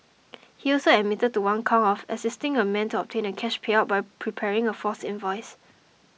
he also admitted to one count of assisting a man to obtain a cash payout by preparing a false invoice